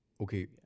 Okay